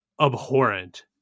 abhorrent